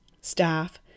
staff